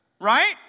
right